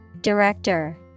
Director